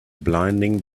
blinding